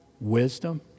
wisdom